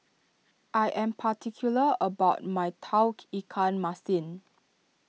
I am particular about my Tauge Ikan Masin